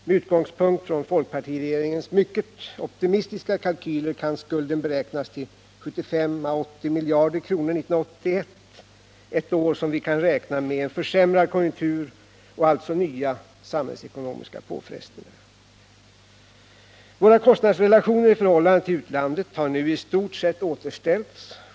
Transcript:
Med utgångspunkt från folkpartiregeringens mycket optimistiska kalkyler kan skulden beräknas till 75 å 80 miljarder kronor 1981. eu år som vi kan räkna med en försämrad konjunktur och alltså nya samhällsekonomiska påfrestningar. Våra kostnadsrelationer i förhållande till utlandet har nu i stort seu återställts.